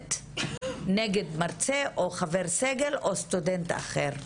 סטודנט נגד מרצה או חבר סגל או סטודנט אחר.